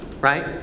right